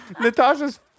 Natasha's